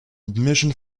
admission